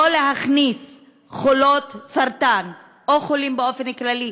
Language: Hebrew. לא להכניס חולות סרטן או חולים באופן כללי,